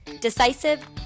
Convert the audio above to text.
decisive